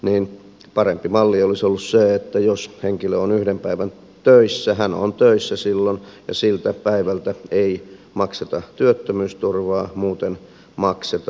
näin parempi valli oli taaksekäsin että jos henkilö on yhden päivän töissä hän on töissä silloin ja siltä päivältä ei makseta työttömyysturvaa muuten maksetaan